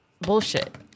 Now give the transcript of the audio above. bullshit